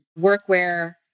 workwear